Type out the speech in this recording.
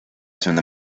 zona